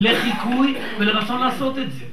לחיקוי ולרצון לעשות את זה